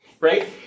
Right